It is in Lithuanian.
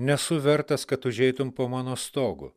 nesu vertas kad užeitum po mano stogu